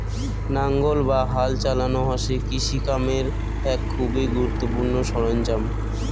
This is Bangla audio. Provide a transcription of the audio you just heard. নাঙ্গল বা হাল চালানো হসে কৃষি কামের এক খুবই গুরুত্বপূর্ণ সরঞ্জাম